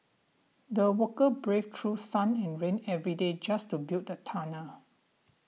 the worker braved through sun and rain every day just to build the tunnel